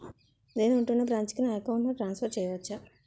నేను ఉంటున్న బ్రాంచికి నా అకౌంట్ ను ట్రాన్సఫర్ చేయవచ్చా?